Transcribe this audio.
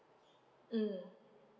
mm